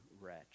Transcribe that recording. wretch